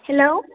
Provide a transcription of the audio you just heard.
hello